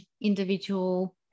individual